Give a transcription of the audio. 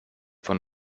von